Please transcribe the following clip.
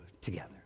together